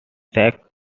sacks